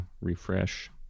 refresh